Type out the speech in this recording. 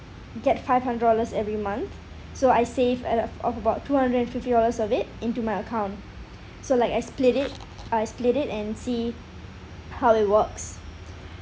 get five hundred dollars every month so I save a uh of about two hundred and fifty hours of it into my account so like I split it I split it and see how it works